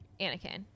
Anakin